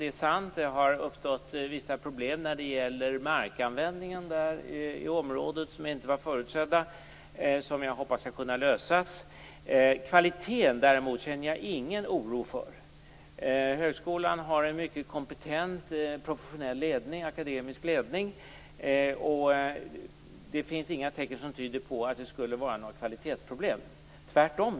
Det har uppstått problem kring markanvändningen i området som inte hade förutsetts. Jag hoppas att de problemen skall lösas. Jag känner däremot ingen oro för kvaliteten. Högskolan har en mycket kompetent professionell akademisk ledning. Det finns inga tecken som tyder på att det skulle vara några problem med kvaliteten. Tvärtom!